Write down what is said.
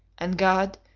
and god.